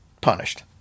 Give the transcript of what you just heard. punished